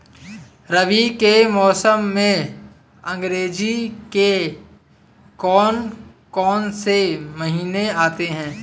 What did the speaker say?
रबी के मौसम में अंग्रेज़ी के कौन कौनसे महीने आते हैं?